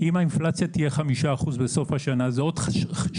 אם האינפלציה תהיה 5% בסוף השנה,